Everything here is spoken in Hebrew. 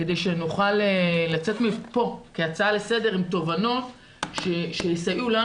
כדי שנוכל לצאת מפה הצעה לסדר עם תובנות שיסייעו לנו